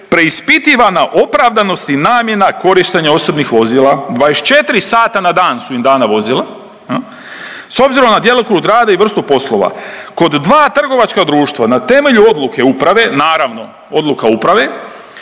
preispitivana opravdanost i namjena korištenja osobnih vozila. 24 sata na dan su im dana vozila. S obzirom na djelokrug rada i vrstu poslova kod dva trgovačka društva na temelju odluke uprave naravno odluka uprave